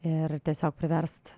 ir tiesiog priverst